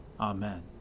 Amen